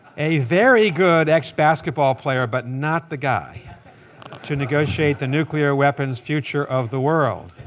a very good ex-basketball player, but not the guy to negotiate the nuclear weapons future of the world.